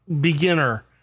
beginner